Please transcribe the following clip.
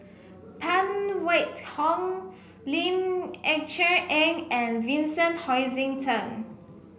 Phan Wait Hong Ling Eng Cher Eng and Vincent Hoisington